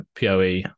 POE